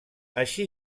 així